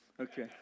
Okay